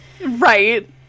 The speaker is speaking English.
Right